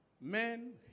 Men